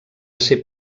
ser